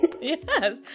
Yes